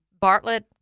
Bartlett